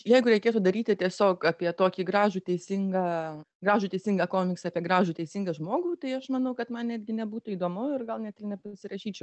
jeigu reikėtų daryti tiesiog apie tokį gražų teisingą grąžu teisingą komiksą apie gražų teisingą žmogų tai aš manau kad man netgi nebūtų įdomu ir gal net nepasirašyčiau